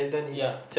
ya